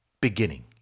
beginning